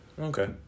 Okay